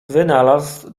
wynalazł